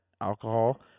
alcohol